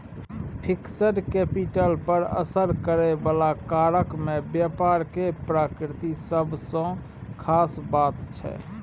fixed capital पर असर करइ बला कारक मे व्यापार केर प्रकृति सबसँ खास बात छै